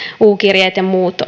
u kirjeet ja muut